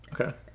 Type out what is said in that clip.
Okay